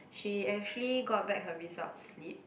she actually got back her results slip